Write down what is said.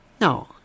No